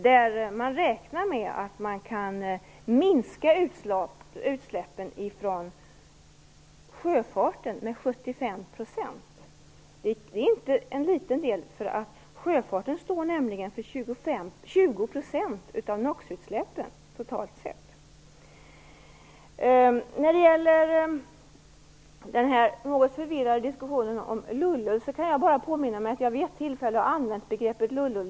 Där räknar man med att man kan minska utsläppen från sjöfarten med 75 %. Det är ingen liten del. Sjöfarten står nämligen för 20 % av När det gäller den något förvirrade diskussionen om lull lull kan jag bara påminna mig att jag vid ett tillfälle har använt begreppet lull lull.